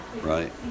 Right